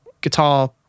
guitar